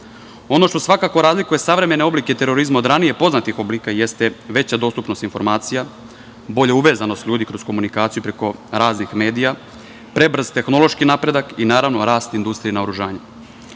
što svakako razlikuje oblike terorizma od ranije poznatih oblika jeste veća dostupnost informacija, bolja uvezanost ljudi kroz komunikaciju preko raznih medija, i prebrz tehnološki napredak, i naravno rast industrije i naoružanja. Kao